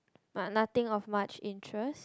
but nothing of much interest